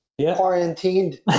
quarantined